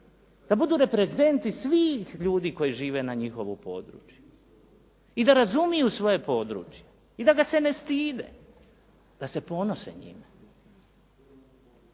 da budu reprezenti svih ljudi koji žive na njihovu području i da razumiju svoje područje i da ga se ne stide, da se ponose njime.